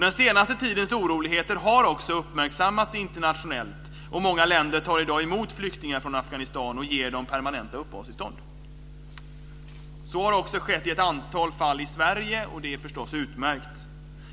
Den senaste tidens oroligheter har också uppmärksammats internationellt, och många länder tar i dag emot flyktingar från Afghanistan och ger dem permanenta uppehållstillstånd. Så har också skett i ett antal fall i Sverige, och det är förstås utmärkt.